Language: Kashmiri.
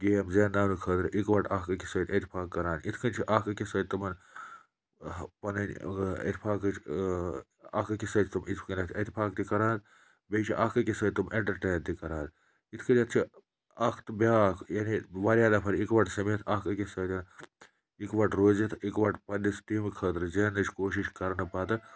گیم زینناونہٕ خٲطرٕ اِکوَٹہٕ اَکھ أکِس سۭتۍ اتفاق کَران اِتھ کٔنۍ چھِ اَکھ أکِس سۭتۍ تٕمَن پَنٕنۍ اتفاقٕچ اَکھ أکِس سۭتۍ تِم اِتھ کٔنٮ۪تھ اتفاق تہِ کَران بیٚیہِ چھِ اَکھ أکِس سۭتۍ تِم ایٚنٹَرٹین تہِ کَران یِتھ کٔنٮ۪تھ چھِ اَکھ تہٕ بیٛاکھ یعنی واریاہ نفر اِکوَتہٕ سٔمِتھ اَکھ أکِس سۭتۍ اِکوَٹہٕ روٗزِتھ اِکوَٹہٕ پنٛنِس ٹیٖمہِ خٲطرٕ زیننٕچ کوٗشِش کَرنہٕ پَتہٕ